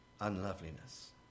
unloveliness